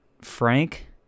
frank